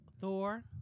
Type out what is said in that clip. Thor